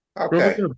Okay